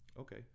Okay